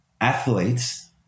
athletes